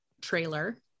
trailer